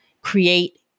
create